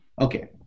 Okay